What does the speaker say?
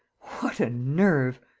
what a nerve!